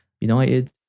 United